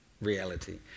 reality